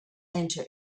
enter